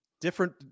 Different